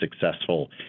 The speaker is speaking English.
successful